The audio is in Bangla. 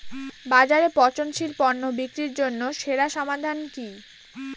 বাজারে পচনশীল পণ্য বিক্রির জন্য সেরা সমাধান কি?